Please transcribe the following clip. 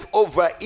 over